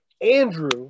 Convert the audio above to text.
Andrew